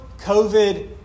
COVID